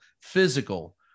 physical